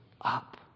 up